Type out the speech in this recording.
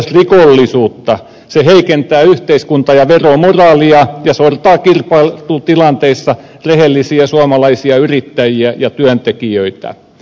se heikentää yhteiskunta ja veromoraalia ja sortaa kilpailutilanteissa rehellisiä suomalaisia yrittäjiä ja työntekijöitä